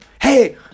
hey